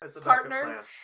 partner